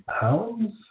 pounds